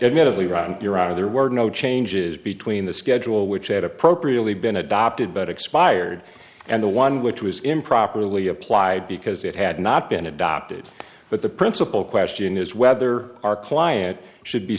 admittedly right you're out of their word no changes between the schedule which had appropriately been adopted but expired and the one which was improperly applied because it had not been adopted but the principle question is whether our client should be